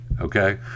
okay